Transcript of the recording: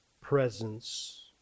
presence